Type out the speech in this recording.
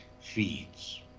feeds